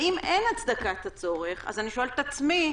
ואם אין הצדקת הצורך אז אני שואלת את עצמי,